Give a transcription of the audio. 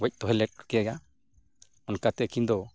ᱜᱚᱡ ᱫᱚᱦᱚᱞᱮᱫ ᱠᱚᱣᱟ ᱚᱱᱠᱟᱛᱮ ᱟᱹᱠᱤᱱ ᱫᱚ